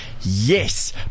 yes